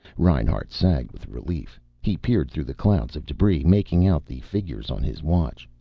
reinhart sagged with relief. he peered through the clouds of debris, making out the figures on his watch.